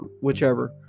whichever